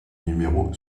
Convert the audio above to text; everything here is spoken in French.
numéro